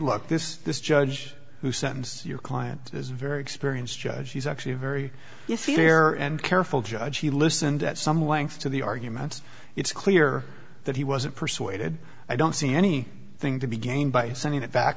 look this this judge who sentenced your client is very experienced judge he's actually a very fair and careful judge he listened at some length to the arguments it's clear that he wasn't persuaded i don't see any thing to be gained by sending it back